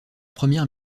première